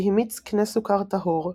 שהיא מיץ קנה סוכר טהור,